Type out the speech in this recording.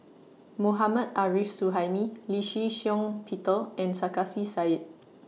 Mohammad Arif Suhaimi Lee Shih Shiong Peter and Sarkasi Said